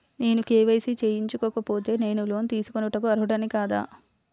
నేను కే.వై.సి చేయించుకోకపోతే నేను లోన్ తీసుకొనుటకు అర్హుడని కాదా?